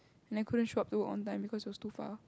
and I couldn't show up to work on time because it was too far